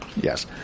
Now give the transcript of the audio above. Yes